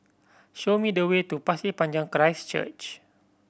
show me the way to Pasir Panjang Christ Church